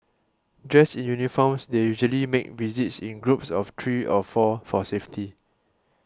dressed in uniforms they usually make visits in groups of three of four for safety